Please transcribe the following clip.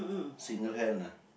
single hand ah